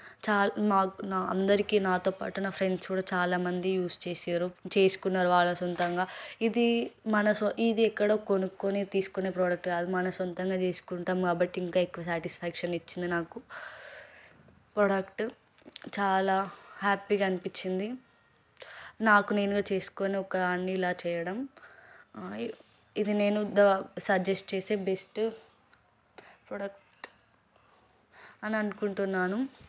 చాలా మాకు నాకు అందరికి నాతోపాటు నా ఫ్రెండ్స్ కూడా చాలామంది యూజ్ చేసిర్రు చేసుకున్నారు వాళ్ళ సొంతంగా ఇది మన సొం ఇది ఎక్కడో కొనుకోని తీసుకునే ప్రోడక్ట్ కాదు మన సొంతంగా చేసుకుంటాం కాబట్టి ఇంకా ఎక్కువ సాటిస్ఫాక్షన్ ఇచ్చింది నాకు ప్రోడక్ట్ చాలా హ్యాపీగా అనిపించింది నాకు నేనుగా చేసుకుని ఒక అన్నీ ఇలా చేయడం ఇది నేను ద సజెస్ట్ చేసే బెస్ట్ ప్రోడక్ట్ అని అనుకుంటున్నాను